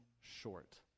short